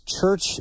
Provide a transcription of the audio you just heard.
church